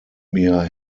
mir